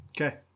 Okay